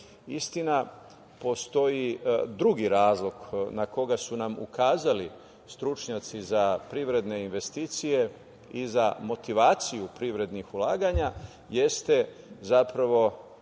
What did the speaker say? postoji drugi razlog na koga su nam ukazali stručnjaci za privredne investicije i za motivaciju privrednih ulaganja jeste